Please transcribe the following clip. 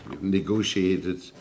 negotiated